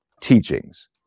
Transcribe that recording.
teachings